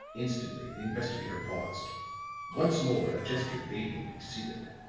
instantly the investigator paused once more a gesture bade him be seated.